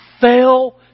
fell